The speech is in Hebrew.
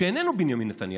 שאיננו בנימין נתניהו,